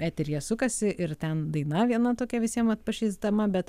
eteryje sukasi ir ten daina viena tokia visiem atpažįstama bet